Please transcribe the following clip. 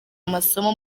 amasomo